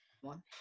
one